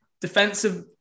defensive